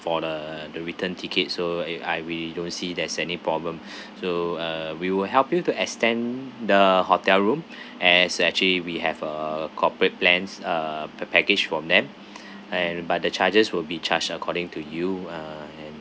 for the the return tickets so it I we don't see there's any problem so uh we will help you to extend the hotel room as actually we have a corporate plans uh per package from them and but the charges will be charged according to you uh and